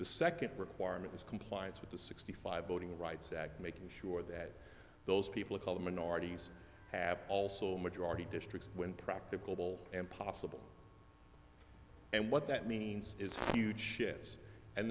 the second requirement is compliance with the sixty five voting rights act making sure that those people of color minorities have also majority districts when practicable and possible and what that means it's huge shifts and